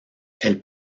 elle